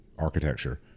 architecture